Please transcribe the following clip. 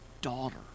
daughter